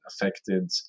affected